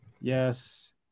yes